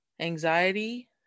anxiety